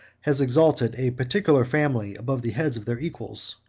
has exalted a particular family above the heads of their equals.